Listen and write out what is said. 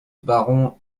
baron